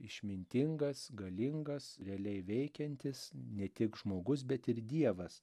išmintingas galingas realiai veikiantis ne tik žmogus bet ir dievas